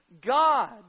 God